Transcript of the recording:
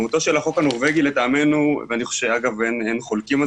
יעל אגמון אנחנו נתקלים בבעיה